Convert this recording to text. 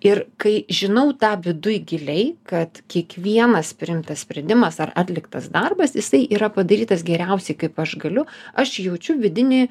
ir kai žinau tą viduj giliai kad kiekvienas priimtas sprendimas ar atliktas darbas jisai yra padarytas geriausiai kaip aš galiu aš jaučiu vidinį